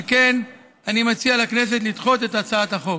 על כן, אני מציע לכנסת לדחות את הצעת החוק.